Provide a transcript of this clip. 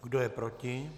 Kdo je proti?